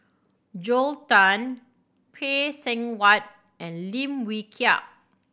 Joel Tan Phay Seng Whatt and Lim Wee Kiak